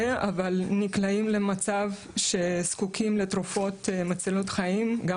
אבל נקלעים למצב שזקוקים לתרופות מצילות חיים גם